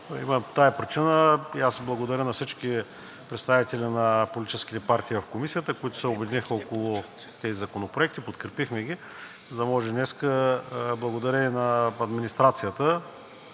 поради тази причина аз благодаря на всички представители на политическите партии в Комисията, които се обединиха около тези законопроекти, подкрепихме ги, за да може днес, благодарение на администрацията,